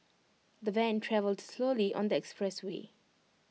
the van travelled slowly on the expressway